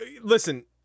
Listen